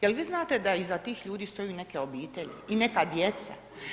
Je li vi znate da iza tih ljudi stoje neke obitelji i neka djeca?